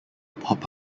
pop